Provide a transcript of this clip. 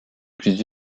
plus